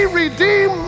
redeem